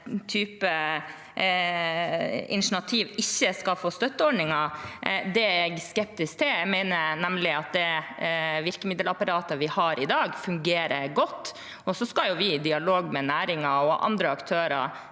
si at den type initiativ ikke skal få støtteordninger, er jeg skeptisk til. Jeg mener nemlig at det virkemiddelapparatet vi har i dag, fungerer godt, og så skal vi – i dialog med næringen og andre aktører